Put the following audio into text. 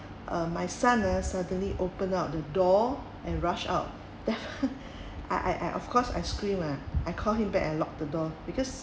uh my son ah suddenly open up the door and rushed out I I I of course I scream ah I call him back and locked the door because